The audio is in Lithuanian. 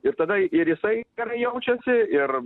ir tada ir jisai gerai jaučiasi ir